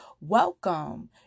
welcome